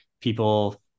people